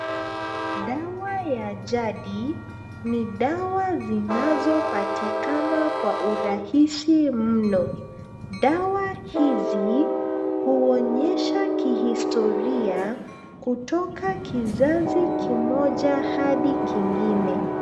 Dawa ya jadi ni dawa zinazopatikana kwa urahisi mno, dawa hizi huonyesha kihistoria kutoka kizazi kimoja Hadi kingine.